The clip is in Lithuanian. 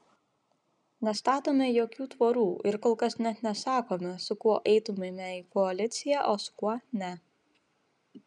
nestatome jokių tvorų ir kol kas net nesakome su kuo eitumėme į koaliciją o su kuo ne